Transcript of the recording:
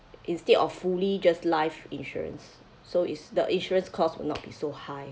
instead of fully just life insurance so it's the insurance costs will not be so high